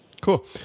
Cool